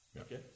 okay